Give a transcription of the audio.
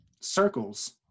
circles